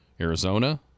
Arizona